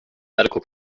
medical